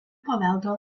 paveldo